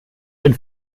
den